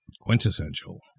Quintessential